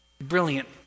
brilliant